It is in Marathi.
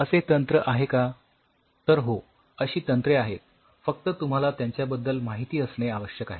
असे तंत्र आहे का तर हो अशी तंत्रे आहेत फक्त तुम्हाला त्यांच्याबद्दल माहिती असणे आवश्यक आहे